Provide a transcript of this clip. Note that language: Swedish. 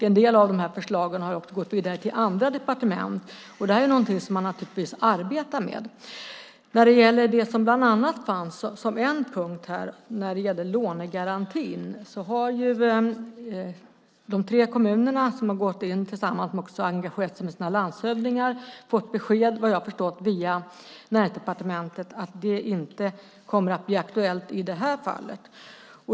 En del av förslagen har gått vidare till andra departement. Det här är någonting som man naturligtvis arbetar med. När det gäller det som fanns som en punkt här, lånegarantin, har de tre kommunerna - som har gått in tillsammans och också engagerat sina landshövdingar - fått besked via Näringsdepartementet att det inte kommer att bli aktuellt i det här fallet.